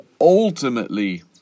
ultimately